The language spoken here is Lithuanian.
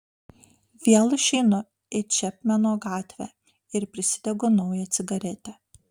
vėl išeinu į čepmeno gatvę ir prisidegu naują cigaretę